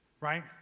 Right